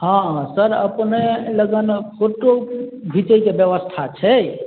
हँ सर अपनेँलग फोटो घिचैके बेबस्था छै